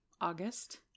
August